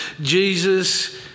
Jesus